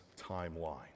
timeline